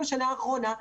בשנה האחרונה,